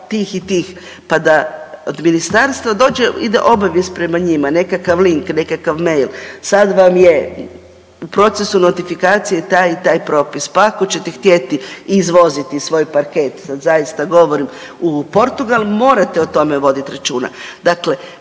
pa da od ministarstva dođe obavijest prema njima, nekakav link, nekakav mail, sad vam je u procesu notifikacije taj i taj propis pa ako ćete htjeti izvoziti svoj parket, sad zaista govorim u Portugal morate o tome voditi računa.